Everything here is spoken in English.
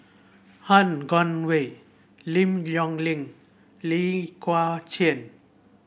Han Guangwei Lim Yong Ling Lee Kua Chian